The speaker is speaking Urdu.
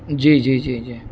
جی جی جی جی